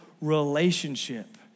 relationship